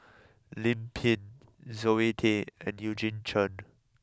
Lim Pin Zoe Tay and Eugene Chen